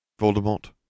Voldemort